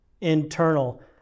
internal